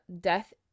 death